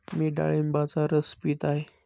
मी डाळिंबाचा रस पीत आहे